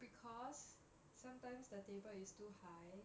because sometimes the table is too high